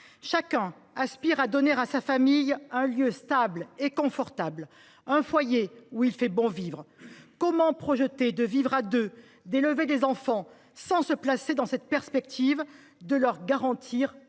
Chacun aspire à donner à sa famille un lieu stable et confortable, un foyer où il fait bon vivre. Comment projeter de vivre à deux, d’élever des enfants sans chercher à garantir à ces